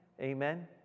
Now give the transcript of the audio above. Amen